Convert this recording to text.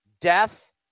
Death